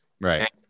right